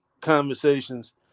conversations